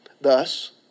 Thus